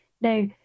Now